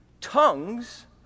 tongues